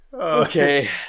okay